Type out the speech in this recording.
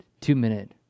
two-minute